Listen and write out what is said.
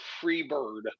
Freebird